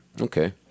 Okay